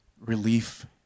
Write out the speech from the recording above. relief